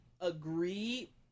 agree